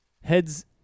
Heads